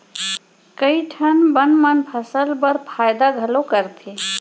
कई ठन बन मन फसल बर फायदा घलौ करथे